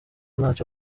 ntacyo